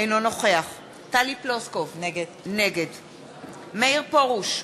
אינו נוכח טלי פלוסקוב, נגד מאיר פרוש,